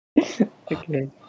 Okay